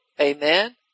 Amen